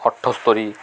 ଅଠସ୍ତରୀ